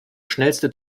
schnellste